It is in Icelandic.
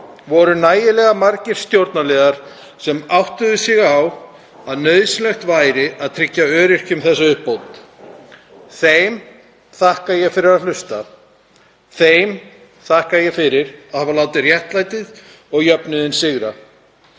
voru nægilega margir stjórnarliðar sem áttuðu sig á að nauðsynlegt væri að tryggja öryrkjum þessa uppbót. Þeim þakka ég fyrir að hlusta. Þeim þakka ég fyrir að hafa látið réttlætið og jöfnuðinn sigra.